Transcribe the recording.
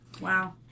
Wow